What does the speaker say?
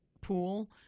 pool